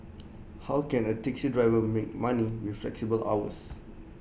how can A taxi driver make money with flexible hours